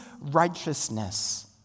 righteousness